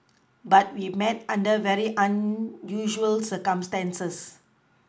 but we met under very unusual circumstances